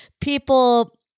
people